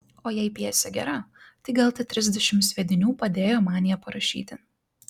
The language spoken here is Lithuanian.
o jei pjesė gera tai gal tie trisdešimt sviedinių padėjo man ją parašyti